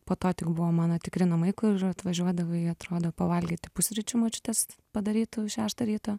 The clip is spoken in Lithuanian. po to tik buvo mano tikri namai kur ir atvažiuodavai atrodo pavalgyti pusryčių močiutės padarytų šeštą ryto